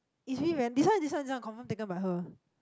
it's really very this one this one confirm taken by her